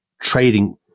trading